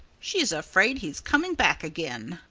she's afraid he's coming back again,